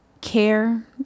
care